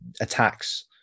attacks